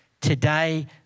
Today